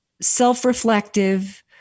self-reflective